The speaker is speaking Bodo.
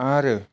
आरो